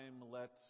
let